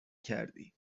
کردی